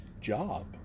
job